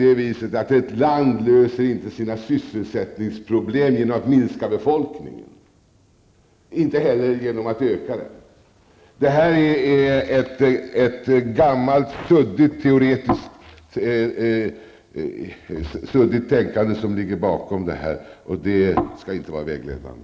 Ett land löser inte sina sysselsättningsproblem genom att minska befolkningen, inte heller genom att öka den. Det är ett gammalt, suddigt teoretiskt tänkande som ligger bakom detta. Det skall inte vara vägledande.